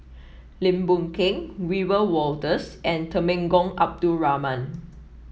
Lim Boon Keng Wiebe Wolters and Temenggong Abdul Rahman